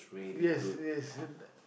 yes yes